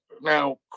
Now